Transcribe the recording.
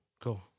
Cool